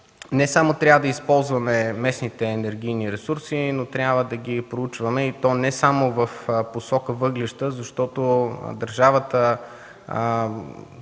Не само трябва да използваме местните енергийни ресурси, но трябва да ги проучваме и то не само в посока въглища, защото държавата